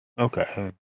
Okay